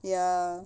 ya